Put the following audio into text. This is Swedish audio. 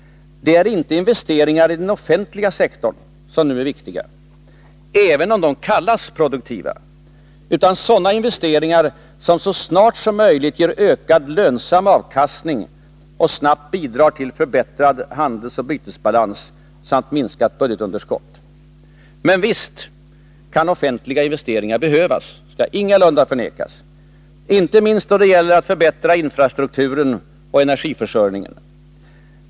Det är inte investeringar i den offentliga sektorn som nu är viktiga — även om de kallas produktiva — utan sådana investeringar som så snart som möjligt ger ökad lönsam avkastning och snabbt bidrar till förbättrad handelsoch bytesbalans samt minskat budgetunderskott. Visst kan offentliga investeringar behövas — det skall jag ingalunda förneka — inte minst för att förbättra infrastrukturen och energiförsörjningen.